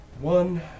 one